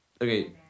Okay